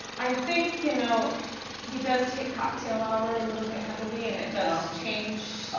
i think, you know he does hit cocktail hour a little bit heavily and it does change